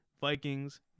vikings